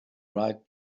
right